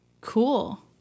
Cool